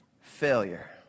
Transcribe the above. failure